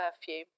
perfume